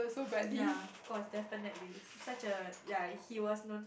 ya of course definitely such a ya he was known